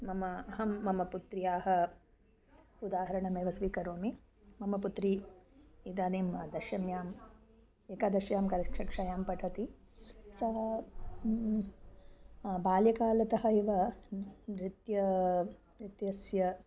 मम अहं मम पुत्र्याः उदाहरणमेव स्वीकरोमि मम पुत्री इदानीं दशम्याम् एकादश्यां कक्षायां पठति सः बाल्यकालात् इव नृत्य नृत्यस्य